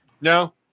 No